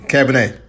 Cabernet